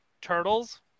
turtles